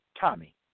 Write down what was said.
Tommy